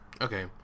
Okay